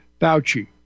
Fauci